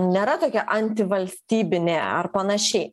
nėra tokia antivalstybinė ar panašiai